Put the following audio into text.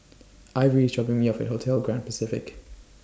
Ivory IS dropping Me off At Hotel Grand Pacific